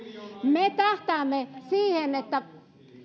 me tähtäämme siihen että on